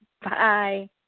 Bye